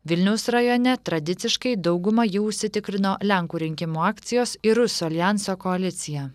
vilniaus rajone tradiciškai daugumą jau užsitikrino lenkų rinkimų akcijos ir rusų aljanso koalicija